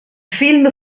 film